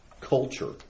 culture